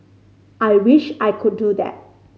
I wish I could do that